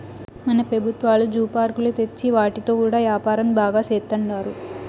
మన పెబుత్వాలు జూ పార్కులు తెచ్చి వాటితో కూడా యాపారం బాగా సేత్తండారు